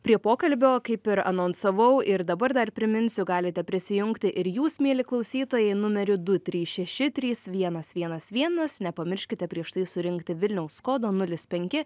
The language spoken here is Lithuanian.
prie pokalbio kaip ir anonsavau ir dabar dar priminsiu galite prisijungti ir jūs mieli klausytojai numeriu du trys šeši trys vienas vienas vienas nepamirškite prieš tai surinkti vilniaus kodo nulis penki